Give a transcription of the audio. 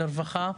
לרווחה,